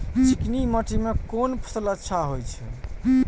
चिकनी माटी में कोन फसल अच्छा होय छे?